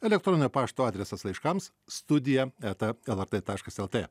elektroninio pašo adresas laiškams studija eta lrt taškas lt